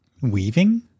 Weaving